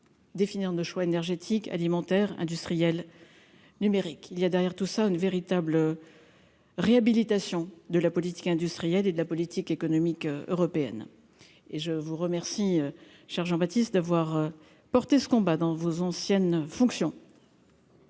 définir de choix énergétique, alimentaire industrielle numérique il y a derrière tout ça une véritable réhabilitation de la politique industrielle et de la politique économique européenne et je vous remercie pâtissent d'avoir porté ce combat dans vos anciennes fonctions.